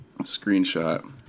Screenshot